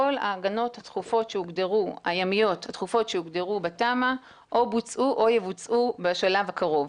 כל ההגנות הימיות הדחופות שהוגדרו בתמ"א או בוצעו או יבוצעו בשלב הקרוב.